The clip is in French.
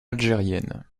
algérienne